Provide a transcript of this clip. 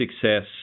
success